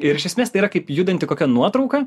ir iš esmės tai yra kaip judanti kokia nuotrauka